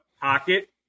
pocket